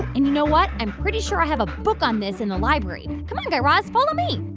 and you know what? i'm pretty sure i have a book on this in the library. come on, guy raz. follow me